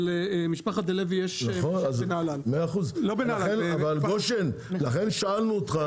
ולמשפחת דה-לוי יש משק -- אבל גושן לכן שאלנו אותך,